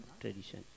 tradition